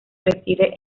reside